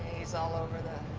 he's all over the.